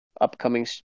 upcoming